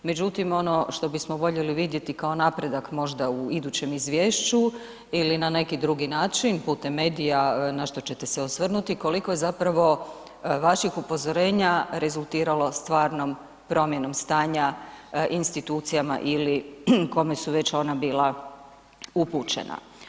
Međutim ono što bismo voljeli vidjeti kao napredak možda u idućem izvješću ili na neki drugi način putem medija na što ćete se osvrnuti koliko je zapravo vaših upozorenja rezultiralo stvarnom promjenom stanja institucijama ili kome su već ona bila upućena.